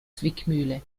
zwickmühle